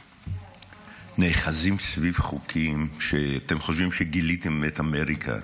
נאחזים סביב חוקים שאתם חושבים שגיליתם את אמריקה.